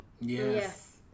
yes